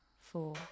four